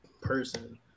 person